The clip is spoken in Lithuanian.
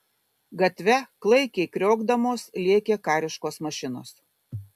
gatve klaikiai kriokdamos lėkė kariškos mašinos